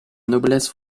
noblesse